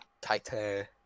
Titan